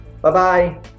bye-bye